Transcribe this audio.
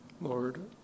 Lord